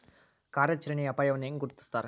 ಕಾರ್ಯಾಚರಣೆಯ ಅಪಾಯವನ್ನ ಹೆಂಗ ಗುರ್ತುಸ್ತಾರ